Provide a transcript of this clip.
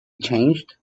changed